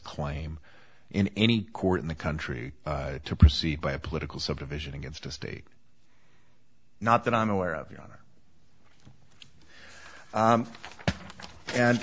claim in any court in the country to proceed by a political subdivision against a state not that i'm aware of your